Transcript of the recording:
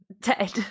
Dead